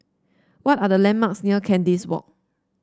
what are the landmarks near Kandis Walk